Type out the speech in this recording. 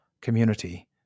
community